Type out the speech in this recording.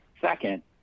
Second